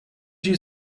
you